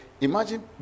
imagine